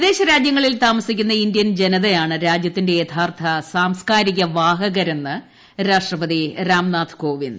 വിദേശ രാജ്യങ്ങളിൽ ത്രാമസിക്കുന്ന ഇന്ത്യൻ ജനതയാണ് രാജ്യത്തിന്റെ യഥാർത്ഥ് സാംസ്കാരിക വാഹകരെന്ന് രാഷ്ട്രപതി രാംനാഥ് കോവിന്ദ്